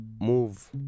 Move